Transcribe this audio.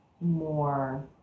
more